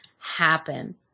happen